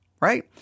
Right